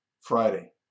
Friday